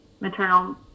maternal